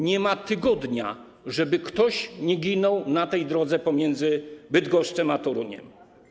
Nie ma tygodnia, żeby ktoś nie ginął na tej drodze pomiędzy Bydgoszczą a Toruniem.